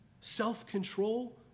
self-control